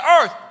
earth